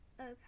Okay